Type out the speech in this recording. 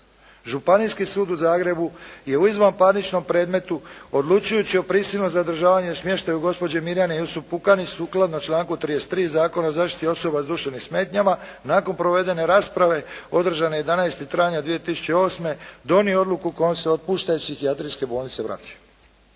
Županijski sud u Zagrebu je u izvanparničnom predmetu odlučujući o prisilnom zadržavanju i smještaju gospođe Mirjane Jusup Pukanić sukladno članku 33. Zakona o zaštiti osoba s duševnim smetnjama nakon provedene rasprave održane 11. travnja 2008. donio odluku kojom se otpušta iz Psihijatrijske bolnice Vrapče.".